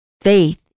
Faith